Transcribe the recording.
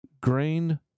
grain